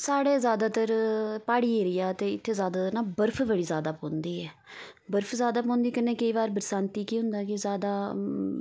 साढ़े ज्यादातर प्हाड़ी एरिया ते इत्थै ज्यादातर ना बर्फ बड़ी ज्यादा पौंदी ऐ बर्फ बड़ी ज्यादा पौंदी कन्नै केईं बारी बरसांती केह् होंदा कि ज्यादा